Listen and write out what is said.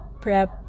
prep